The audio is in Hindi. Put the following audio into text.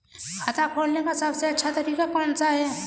खाता खोलने का सबसे अच्छा तरीका कौन सा है?